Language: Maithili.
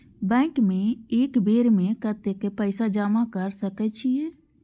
बैंक में एक बेर में कतेक पैसा जमा कर सके छीये?